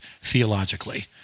theologically